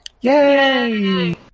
Yay